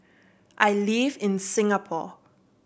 I live in Singapore